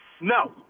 No